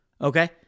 Okay